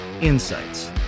Insights